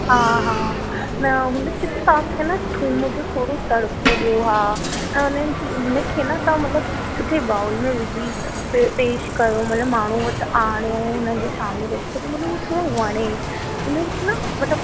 हा हा न हुन ते त तव्हांखे न थूम जो थोड़ो तड़को ॾियो हा ऐं हुन जी हुनखे न तव्हां मतलबु सुठे बाउल में विझी प पेश कयो मतलबु माण्हू वटि आणयो हुन जे साम्हू रखो त मतलबु उहो थोरो वणे हुनखे न मतलबु